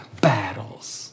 battles